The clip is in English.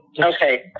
Okay